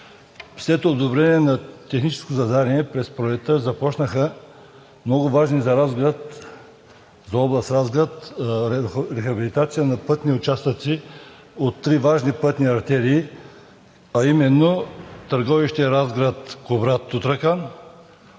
След одобрение на техническо задание през пролетта започнаха много важни за област Разград рехабилитации на пътни участъци от три важни пътни артерии, а именно Търговище – Разград – Кубрат – Тутракан,